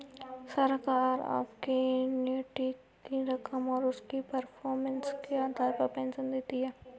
सरकार आपकी एन्युटी की रकम और उसकी परफॉर्मेंस के आधार पर पेंशन देती है